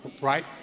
Right